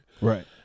Right